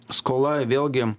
skola vėlgi